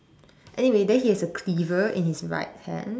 anyway then he has a cleaver in his right hand